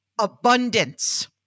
abundance